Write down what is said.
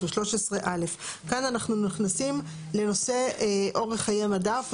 313א"; כאן אנחנו נכנסים לנושא אורך חיי מדף.